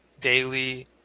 daily